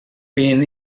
been